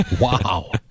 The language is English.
wow